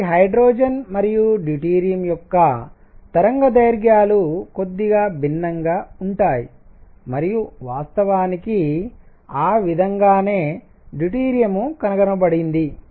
కాబట్టి హైడ్రోజన్ మరియు డ్యూటెరియం యొక్క తరంగదైర్ఘ్యాలు కొద్దిగా భిన్నంగా ఉంటాయి మరియు వాస్తవానికి ఆ విధంగానే డ్యూటెరియం కనుగొనబడింది